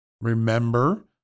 remember